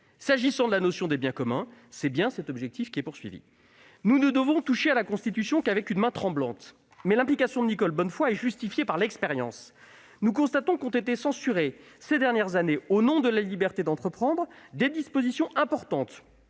S'agissant de la notion de « biens communs », c'est bien cet objectif qui est visé. Nous ne devons toucher à la Constitution qu'avec une main tremblante, mais l'implication de Nicole Bonnefoy est justifiée par l'expérience. Nous constatons qu'ont été censurées, ces dernières années, au nom de la liberté d'entreprendre, des dispositions importantes